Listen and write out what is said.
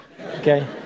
okay